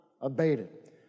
abated